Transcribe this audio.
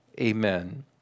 Amen